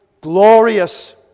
glorious